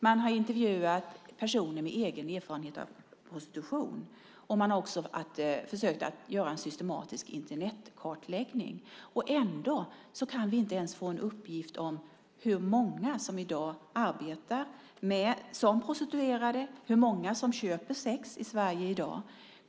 Man har intervjuat personer med egen erfarenhet av prostitution. Man har också försökt att göra en systematisk Internetkartläggning. Ändå kan vi inte ens få en uppgift om hur många som i dag arbetar som prostituerade och hur många som köper sex i Sverige i dag.